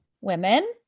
Women